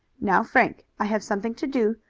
now, frank, i have something to do,